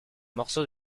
morceau